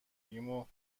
گیمو